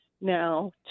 now